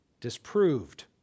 disproved